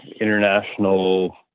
international